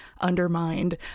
undermined